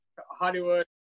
Hollywood